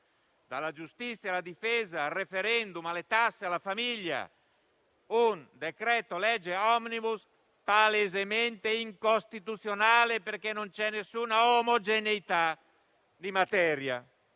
dalla giustizia, alla difesa, al *referendum*, alle tasse, alla famiglia. Un decreto-legge *omnibus*, palesemente incostituzionale, perché non c'è nessuna omogeneità di materia.